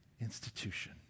institution